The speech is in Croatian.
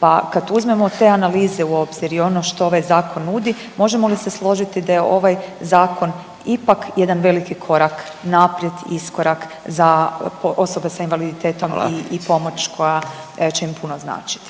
pa kad uzmemo te analize u obzir i ono što ovaj Zakon nudi, možemo li se složiti da je ovaj Zakon ipak jedan veliki korak naprijed i iskorak za osobe s invaliditetom … .../Upadica: